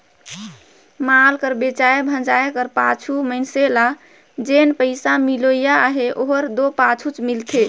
माल कर बेंचाए भंजाए कर पाछू मइनसे ल जेन पइसा मिलोइया अहे ओहर दो पाछुच मिलथे